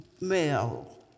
male